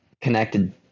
connected